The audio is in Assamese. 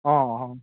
অঁ অঁ